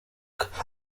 kanda